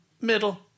Middle